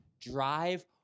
drive